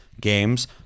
games